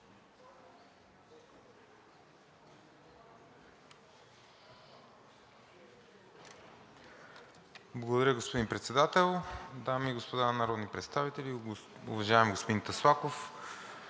Благодаря, господин Председател! Дами и господа народни представители! Уважаеми господин Таслаков,